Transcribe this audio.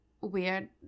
weird